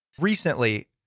Recently